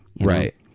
Right